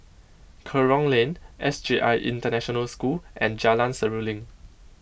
Kerong Lane S J I International School and Jalan Seruling